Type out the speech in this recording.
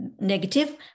Negative